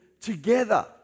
together